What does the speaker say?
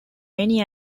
many